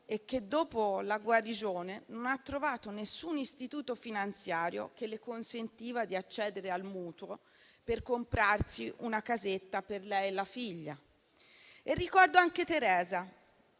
e dopo la guarigione nessun istituto finanziario le ha consentito di accedere al mutuo per comprarsi una casetta per lei e la figlia. Ricordo anche Teresa,